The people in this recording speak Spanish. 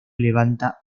levanta